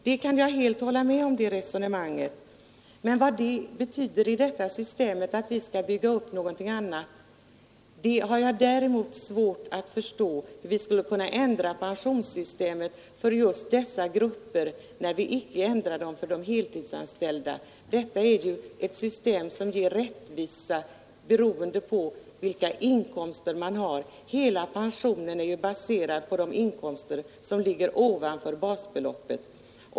Men hur detta skulle kunna ligga till grund för en ändrad uppbyggnad av ATP-systemet har jag svårt att förstå, när vi icke skall ändra pensionssystemet för de heltidsanställda. Vi har ju ett system som ger rättvisa beroende på vilka inkomster man har. Hela pensionen är ju baserad på de inkomster som ligger ovanför basbeloppet.